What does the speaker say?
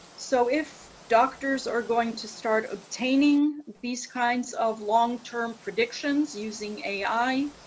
so if doctors are going to start obtaining these kinds of long-term predictions using ai.